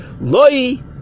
Loi